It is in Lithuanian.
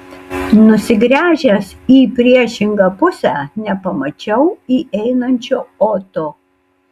nusigręžęs į priešingą pusę nepamačiau įeinančio oto